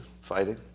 fighting